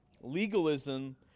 Legalism